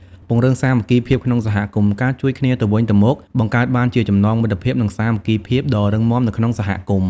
ពង្រឹងសាមគ្គីភាពក្នុងសហគមន៍ ការជួយគ្នាទៅវិញទៅមក បង្កើតបានជាចំណងមិត្តភាព និងសាមគ្គីភាពដ៏រឹងមាំនៅក្នុងសហគមន៍។